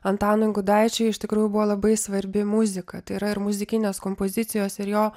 antanui gudaičiui iš tikrųjų buvo labai svarbi muzika tai yra ir muzikinės kompozicijos ir jo